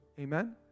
amen